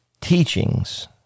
teachings